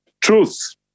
Truth